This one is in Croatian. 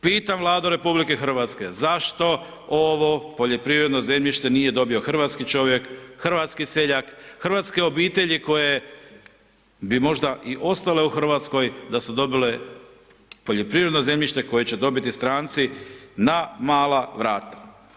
Pitam Vladu RH zašto ovo poljoprivredno zemljište nije dobio hrvatski čovjek, hrvatski seljak, hrvatske obitelji koje bi možda i ostale u Hrvatskoj da su dobile poljoprivredno zemljište koje će dobiti stranci na mala vrata.